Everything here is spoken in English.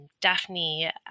Daphne